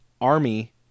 Army